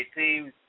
teams